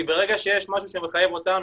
כי ברגע שיש משהו שמחייב אותנו,